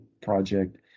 project